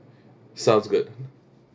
sounds good